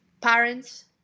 parents